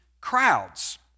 crowds